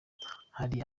hari